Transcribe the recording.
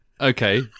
okay